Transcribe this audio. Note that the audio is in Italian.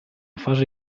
fase